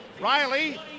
Riley